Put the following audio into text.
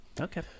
Okay